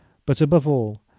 but, above all,